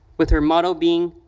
with her motto being,